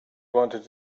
wanted